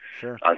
Sure